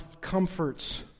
comforts